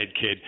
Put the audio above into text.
kid